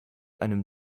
einem